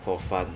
for fun